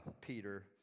peter